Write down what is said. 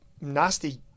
nasty